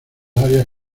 áreas